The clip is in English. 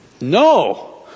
No